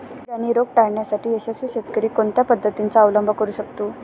कीड आणि रोग टाळण्यासाठी यशस्वी शेतकरी कोणत्या पद्धतींचा अवलंब करू शकतो?